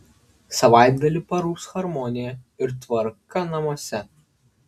savaitgalį parūps harmonija ir tvarka namuose